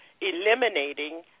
eliminating